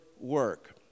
work